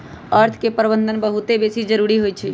अर्थ के प्रबंधन बहुते बेशी जरूरी होइ छइ